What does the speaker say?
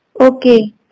Okay